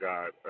God